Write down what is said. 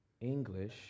English